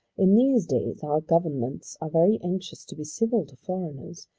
in these days our governments are very anxious to be civil to foreigners,